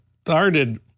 started